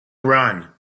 run